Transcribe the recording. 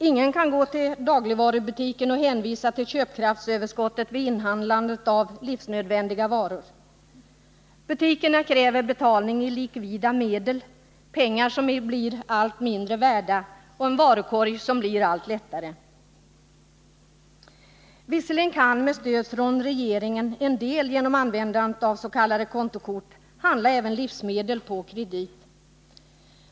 Ingen kan gå till dagligvarubutiken och hänvisa till köpkraftsöverskottet vid inhandlandet av livsnödvändiga varor. Butikerna kräver betalning i likvida medel. Men pengarna blir allt mindre värda och varukorgen bara lättare. Visserligen kan en del, med stöd från regeringen, genom användandet av s.k. kontokort handla även livsmedel på kredit.